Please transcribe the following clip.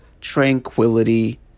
tranquility